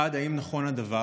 1. האם נכון הדבר?